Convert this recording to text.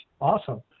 Awesome